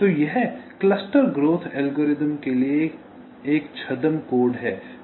तो यह cluster growth algorithm के लिए छद्म कोड है